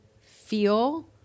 feel